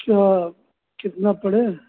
क्या कितना पढ़े हैं